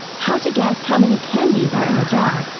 how to guess how many candies are in a jar.